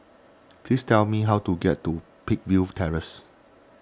please tell me how to get to Peakville Terrace